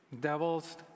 Devil's